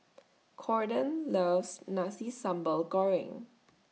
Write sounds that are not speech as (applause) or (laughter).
(noise) Cordell loves Nasi Sambal Goreng